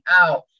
out